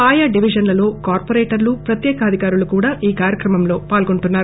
ఆయా డివిజన్లలో కార్పొరేటర్లు ప్రత్యేకాధికారులు కూడా ఈ కార్యక్తమంలో పాల్గొంటున్నారు